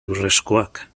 urrezkoak